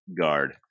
guard